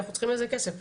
אנחנו צריכים לזה כסף.